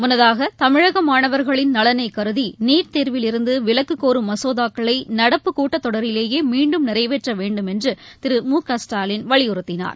முன்னதாக தமிழக மாணவர்களின் நலனை கருதி நீட் தேர்வில் இருந்து விலக்கு கோரும் மசோதாக்களை நடப்பு கூட்டத்தொடரிலேயே மீண்டும் நிறைவேற்ற வேண்டும் என்று திரு மு க ஸ்டாலின் வலியுறுத்தினார்